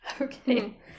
Okay